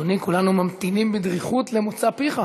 אדוני, כולנו ממתינים בדריכות למוצא פיך.